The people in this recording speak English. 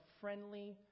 friendly